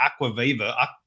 Aquaviva